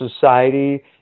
society